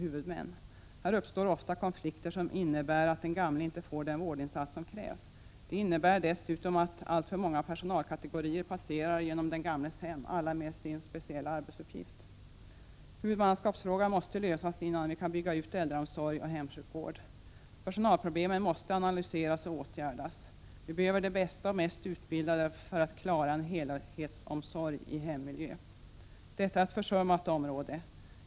Här uppstår ofta konflikter, som innebär att den gamle inte får den vårdinsats som krävs. Det innebär dessutom att alltför många personalkategorier passerar genom den gamles hem, alla med sin speciella arbetsuppgift. Huvudmannaskapsfrågan måste lösas innan vi kan bygga ut äldreomsorgen och hemsjukvården. Personalproblemen måste analyseras och åtgärdas. Vi behöver de bästa och mest utbildade för att klara en helhetsomsorg i hemmiljö. Detta är ett försummat område.